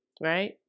Right